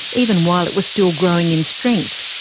even while it was still growing in strength.